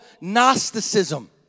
Gnosticism